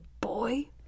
boy